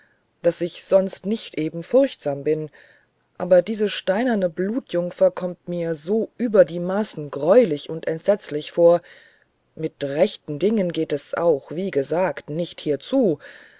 daß ich sonst nicht eben furchtsam bin aber diese steinerne blutjungfer kommt mir so über die maßen greulich und entsetzlich vor mit rechten dingen geht es auch wie gesagt hier nicht